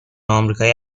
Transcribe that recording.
آمریکایی